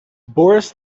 boris